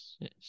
Yes